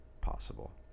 possible